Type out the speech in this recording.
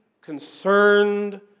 concerned